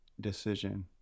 decision